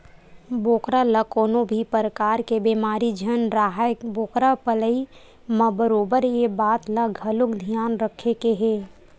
बोकरा ल कोनो भी परकार के बेमारी झन राहय बोकरा पलई म बरोबर ये बात ल घलोक धियान रखे के हे